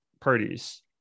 parties